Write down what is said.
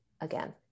again